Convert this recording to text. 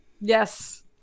Yes